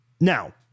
Now